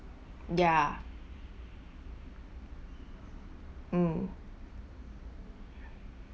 ya mm